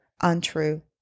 untrue